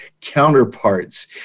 counterparts